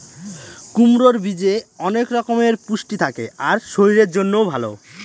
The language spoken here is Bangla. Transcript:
কুমড়োর বীজে অনেক রকমের পুষ্টি থাকে আর শরীরের জন্যও ভালো